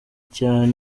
cyo